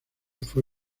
fue